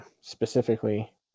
specifically